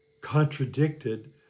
contradicted